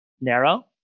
narrow